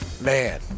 Man